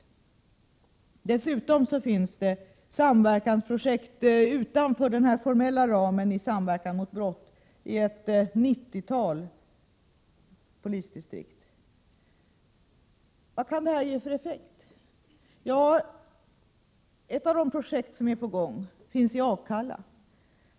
Dessutom finns det samverkansprojekt utanför den formella ramen i Samverkan mot brott i ett nittiotal olika distrikt. Vad kan detta ge för effekt? Ett av de projekt som är på gång finns i Akalla.